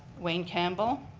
wayne campbell,